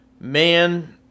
Man